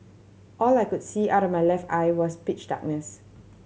all I could see out of my left eye was pitch darkness